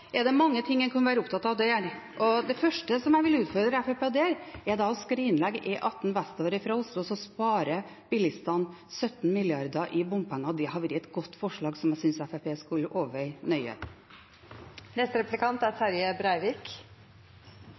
er det mange ting en kan være opptatt av der, og det første jeg vil utfordre Fremskrittspartiet på, er å skrinlegge E18 vestover fra Oslo, så sparer bilistene 17 mrd. i bompenger. Det hadde vært et godt forslag, som jeg synes Fremskrittspartiet skulle overveie nøye. Venstre er samd i at større fylke og større kommunar ikkje er